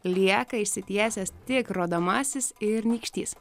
lieka išsitiesęs tiek rodomasis ir nykštys